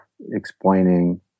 explaining